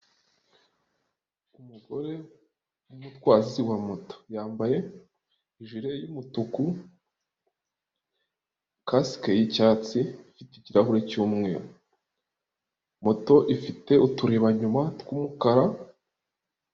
Umugore w'umutwazi wa moto. Yambaye jire y'umutuku, kasike y'icyatsi ifite ikirahure cy'umweru. Moto ifite uturebanyuma tw'umukara.